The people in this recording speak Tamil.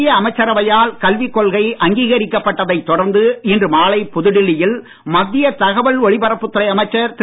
மத்திய அமைச்சரவையால் கல்விக் கொள்கை அங்கீகரிக்கப்பட்டதை தொடர்ந்து இன்று மாலை புதுடெல்லியில் மத்திய தகவல் ஒளிபரப்புத் துறை அமைச்சர் திரு